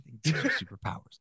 superpowers